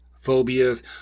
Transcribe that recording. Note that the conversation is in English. phobias